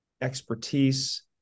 expertise